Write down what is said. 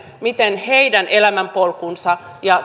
miten heidän elämänpolkuansa ja